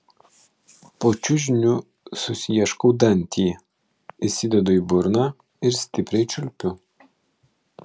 po čiužiniu susiieškau dantį įsidedu į burną ir stipriai čiulpiu